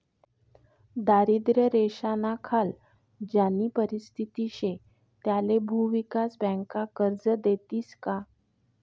दारिद्र्य रेषानाखाल ज्यानी परिस्थिती शे त्याले भुविकास बँका कर्ज देतीस का?